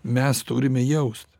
mes turime jaust